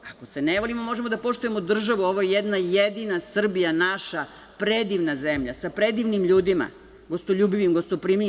Ako se ne volimo, možemo da poštujemo državu, ovo je jedna jedina Srbija, naša, predivna zemlja, sa predivnim ljudima, gostoljubivim, gostoprimljivim.